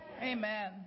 Amen